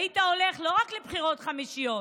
והיית הולך לא רק לבחירות חמישיות,